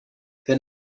wenn